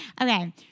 Okay